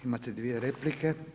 Imate dvije replike.